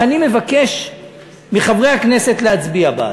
ואני מבקש מחברי הכנסת להצביע בעדה.